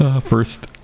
First